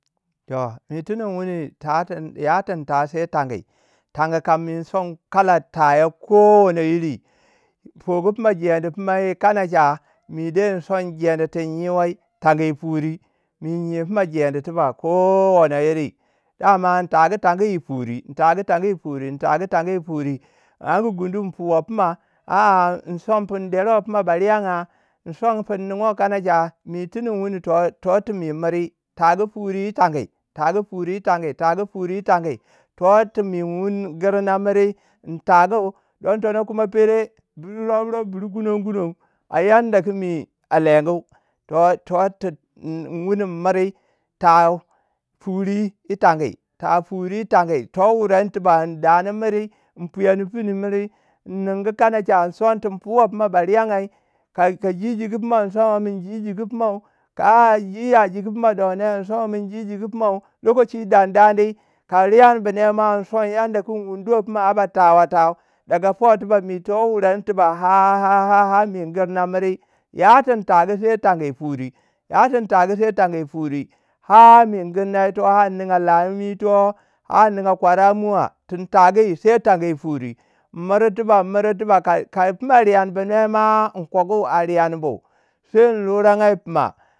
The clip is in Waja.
toh mi tun in wuni, ya tin ta sai tangi. Tangi kam in son kala ta yau. ko wana iri. Fugu fina jedi pimai yey kanacha, me dai in son jedi tin nye wai tanga yi fure. Mi in yi pima jedi tuba ko wana iri. Daman in tagu tangi yi furi. in tagu yi furi in tagu tangi yi furi yin anyi gundu in fuwe puma a- a in son fin derwe fina ba riyangye in son pwui ningi kanacha, mi tin in wuni to- totin mi yin miri. tagu furi yi tangi tagu furi yi tangi. totimi in girna miri, in tagu don tono kuma pere bir rofrof bir kunon kunon a yanda ki mi a leingu to ir tu in wuni in miri tawu, furi yitangi tawu fure yi tangi, to wureme tiba in dana miri in puyani finu miri, in nin gu kanacha in son tin fawai fina ba riyangya ka- ka ji jigu pimau in soma min ji jigu pimau ka a ji ya ji jiga pimau do ne, in soma min ji jigu pumau, lokaci dandani ka riyanbu ne ma, in son yamda ku in wunduwe fina ba a ba tawe tau. Daga po tiba mi to wure me tiba ha- ha- ha mi in girna miri. Yatin tagu sai tangi yi furi yatin tagu sai tangi yi fauri. har mi ingina ito har in ninga lami ito. ar in ninga kwaramuwa. Tin tagu sai tangi yi furi in miri tiba in miri tiba ka- ka- kafina riyan bune ma in kogu a riyanbu. Sai in luranga i pima.